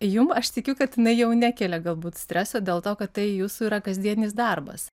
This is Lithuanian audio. jum aš tikiu kad jinai jau nekelia galbūt streso dėl to kad tai jūsų yra kasdienis darbas